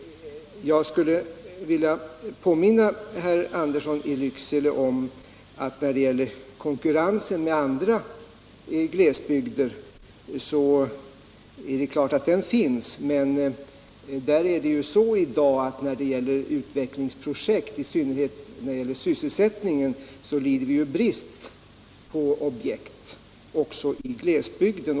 Jag skulle vilja påminna herr Andersson i Lycksele om att det finns konkurrens med andra glesbygder, men beträffande utvecklingsprojekt som skapar varaktig sysselsättning föreligger det en brist även i glesbygderna.